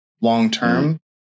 long-term